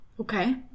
Okay